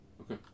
Okay